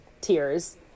tears